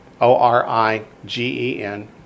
O-R-I-G-E-N